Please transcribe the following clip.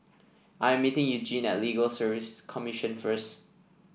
I'm meeting Eugene Legal Service Commission first